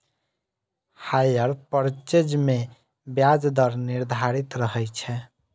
hire purchase मे ब्याज दर निर्धारित रहै छै